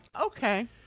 Okay